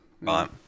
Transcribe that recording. Right